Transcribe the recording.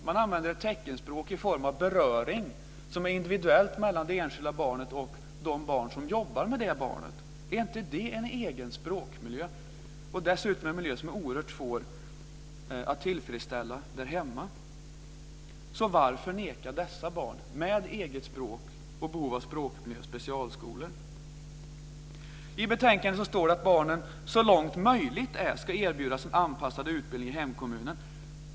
Man använder ett teckenspråk i form av beröring som är individuellt för det enskilda barnet och de som jobbar med det barnet. Är inte det en egen språkmiljö? Dessutom är det en miljö som är oerhört svår att tillfredsställa där hemma. Så varför neka dessa barn med eget språk och behov av språkmiljö specialskolor? I betänkandet står det att barnen så långt det är möjligt ska erbjudas en anpassad utbildning i hemkommunen.